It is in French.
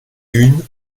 une